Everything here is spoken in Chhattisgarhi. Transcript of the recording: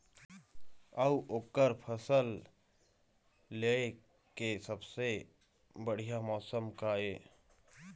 अऊ ओकर फसल लेय के सबसे बढ़िया मौसम का ये?